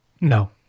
No